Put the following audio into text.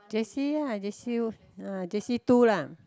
J_C uh J_C_U ah J_C two lah